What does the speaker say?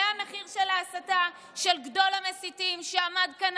זה המחיר של ההסתה של גדול המסיתים שעמד כאן